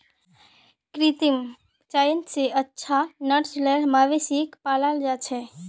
कृत्रिम चयन स अच्छा नस्लेर मवेशिक पालाल जा छेक